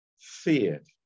feared